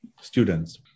students